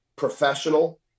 professional